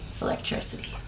electricity